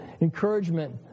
encouragement